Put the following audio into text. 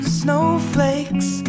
snowflakes